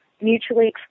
mutually